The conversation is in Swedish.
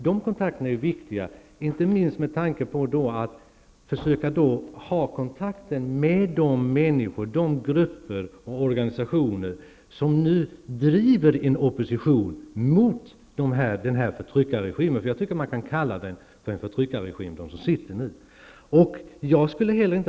Detta är viktigt, inte minst med tanke på att det ger oss möjlighet att ha kontakt med de människor, de grupper och de organisationer som nu driver en opposition mot förtryckarregimen i Kina — jag tycker att man kan kalla den nuvarande regimen en förtryckarregim.